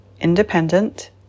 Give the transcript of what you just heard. Independent